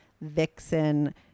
vixen